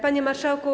Panie Marszałku!